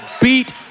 beat